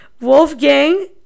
Wolfgang